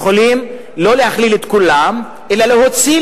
יכולים לא להכליל את כולם אלא להוציא,